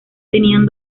tenían